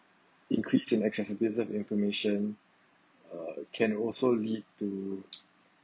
increase in excessively information uh can also lead to